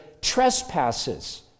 trespasses